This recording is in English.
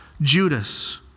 Judas